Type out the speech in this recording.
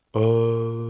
a